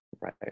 Right